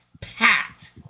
packed